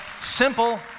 Simple